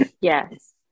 Yes